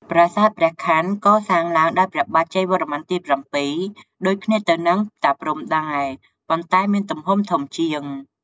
ប្រាសាទព្រះខ័ន កសាងឡើងដោយព្រះបាទជ័យវរ្ម័នទី ៧ ដូចគ្នានឹងតាព្រហ្មដែរ ប៉ុន្តែមានទំហំធំជាង។